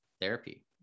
therapy